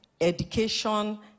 education